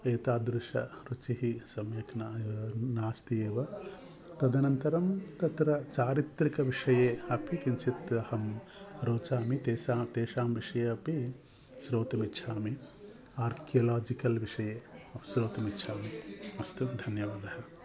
एतादृश रुचिः सम्यक् न नास्त्येव तदनन्तरं तत्र चारित्रिक विषये अपि किञ्चित् अहं रोचामि तेषां तेषां विषये अपि श्रोतुं इच्छामि आर्क्यलाजिकल् विषये श्रोतुं इच्छामि अस्तु धन्यवादः